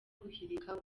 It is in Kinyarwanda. guhirika